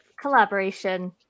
collaboration